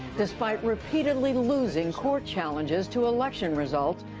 despite repeatedly losing court challenges to election results,